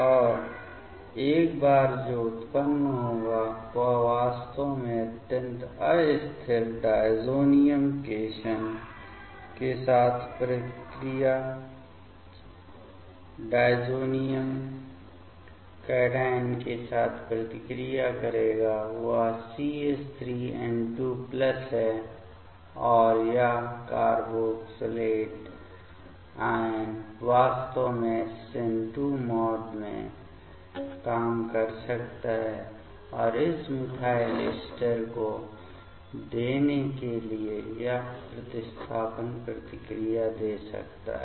और एक बार जो उत्पन्न होगा वह वास्तव में अत्यंत अस्थिर डायज़ोनियम केशन के साथ प्रतिक्रिया करेगा वह CH3N2 प्लस है और यह कार्बोक्जिलेट आयन वास्तव में SN2 मोड में काम कर सकता है और इस मिथाइल एस्टर को देने के लिए यह प्रतिस्थापन प्रतिक्रिया दे सकता है